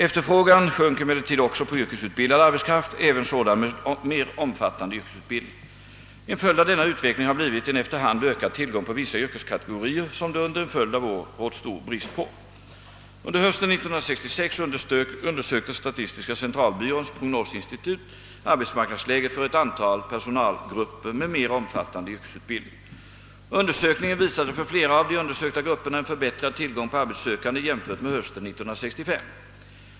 Efterfrågan sjönk emellertid också på yrkesutbildad arbetskraft, även sådan med mer omfattande yrkesutbildning. En följd av denna utveckling har blivit en efter hand ökad tillgång på vissa yrkeskategorier som det under en följd av år rått stor brist på. Under hösten 1966 undersökte statistiska centralbyråns prognosinstitut arbetsmarknadsläget för ett antal personalgrupper med mer omfattande yrkesutbildning. Undersökningen visade för flera av de undersökta grupperna en förbättrad tillgång på arbetssökande jämfört med hösten 1965.